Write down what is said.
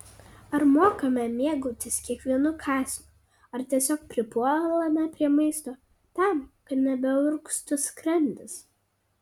ar mokame mėgautis kiekvienu kąsniu ar tiesiog pripuolame prie maisto tam kad nebeurgztų skrandis